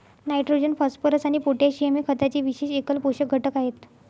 nitrogen, phosphorus आणि potassium हे खताचे विशेष एकल पोषक घटक आहेत